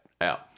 out